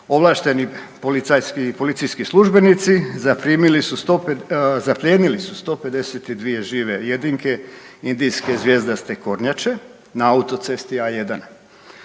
ovlašteni policijski službenici zaplijenili su 152 žive jedinke indijske zvjezdaste kornjače na autocesti A1.